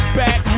back